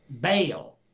Bail